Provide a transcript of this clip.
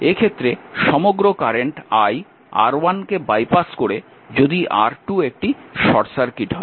এক্ষেত্রে সমগ্র current i R1 কে বাইপাস করে যদি R2 একটি শর্ট সার্কিট হয়